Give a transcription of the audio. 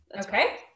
okay